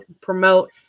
promote